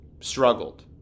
struggled